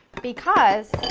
because